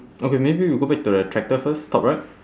okay maybe we go back to the tractor first top right